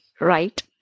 right